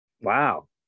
Wow